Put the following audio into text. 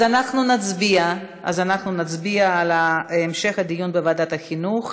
אז נצביע על המשך הדיון בוועדת החינוך.